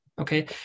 okay